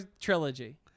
trilogy